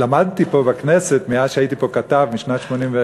ולמדתי פה, בכנסת, מאז שהייתי פה כתב, משנת 1981,